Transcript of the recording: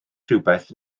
rhywbeth